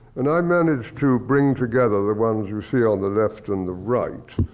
and i managed to bring together the ones you see on the left and the right.